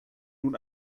nun